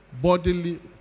bodily